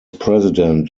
president